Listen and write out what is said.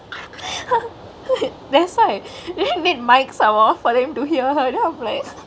that's why then need mic somemore for them to hear her then I'm like